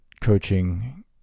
coaching